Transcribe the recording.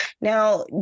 Now